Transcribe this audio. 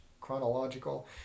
chronological